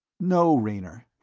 no, raynor.